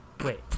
wait